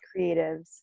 creatives